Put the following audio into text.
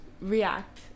react